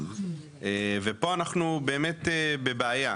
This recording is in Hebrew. ופה אנחנו באמת בבעיה.